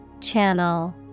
Channel